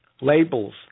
labels